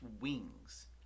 wings